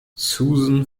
susan